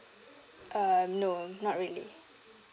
uh no not really